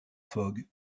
fogg